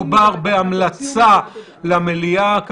מדובר בהמלצה למליאה,